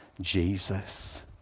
jesus